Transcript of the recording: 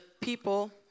people